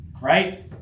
right